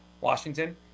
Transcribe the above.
Washington